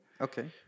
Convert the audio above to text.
okay